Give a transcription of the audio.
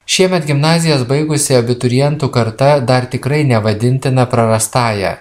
šiemet gimnazijas baigusi abiturientų karta dar tikrai nevadintina prarastąja